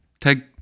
Take